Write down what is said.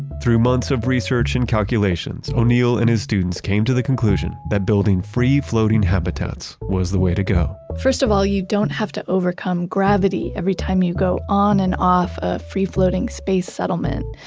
through months of research and calculations. o'neill and his students came to the conclusion that building free floating habitats was the way to go first of all, you don't have to overcome gravity every time you go on and off a free floating space settlement.